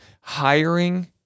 hiring